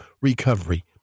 recovery